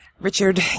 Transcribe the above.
Richard